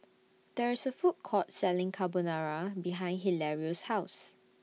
There IS A Food Court Selling Carbonara behind Hilario's House